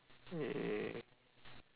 ya